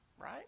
right